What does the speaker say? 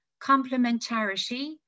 complementarity